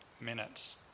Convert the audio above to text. minutes